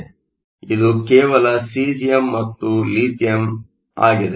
ಆದ್ದರಿಂದ ಇದು ಕೇವಲ ಸೀಸಿಯಮ್ ಮತ್ತು ಲಿಥಿಯಂ ಆಗಿದೆ